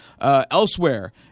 Elsewhere